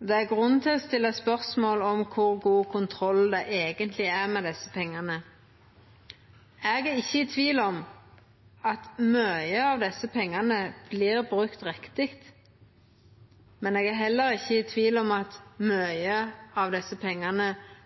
Det er grunn til å stilla spørsmål ved kor god kontroll det eigentleg er med desse pengane. Eg er ikkje i tvil om at mykje av desse pengane vert brukt riktig, men eg er heller ikkje i tvil om at mykje av desse pengane